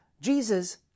Jesus